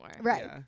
Right